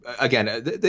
again